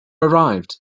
arrived